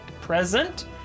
present